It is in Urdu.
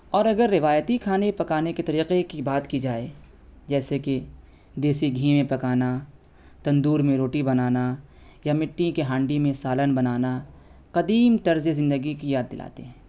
اور اگر روایتی کھانے پکانے کے طریقے کی بات کی جائے جیسے کہ دیسی گھی میں پکانا تندور میں روٹی بنانا یا مٹی کے ہانڈی میں سالن بنانا قدیم طرز زندگی کی یاد دلاتے ہیں